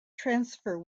transfer